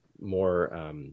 more